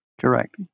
Correct